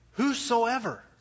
Whosoever